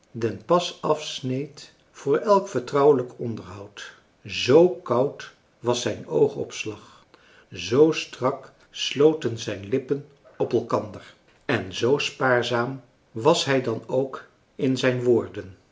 den pas afsneed voor elk vertrouwelijk onderhoud zoo koud was zijn oogopslag zoo strak sloten zijn lippen op elkander en zoo spaarzaam was hij dan ook in zijn woorden